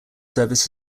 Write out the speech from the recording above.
service